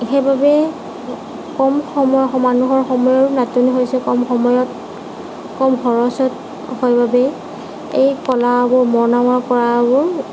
সেইবাবে কম সময় মানুহৰ সময়ৰো নাটনি হৈছে কম সময়ত কম সময়ছোৱাত হয় বাবে এই কলা আৰু মৰণা মৰা কৰা